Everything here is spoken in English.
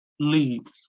Leaves